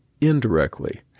indirectly